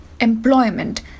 Employment